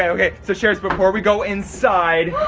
and okay. so sharers before we go inside,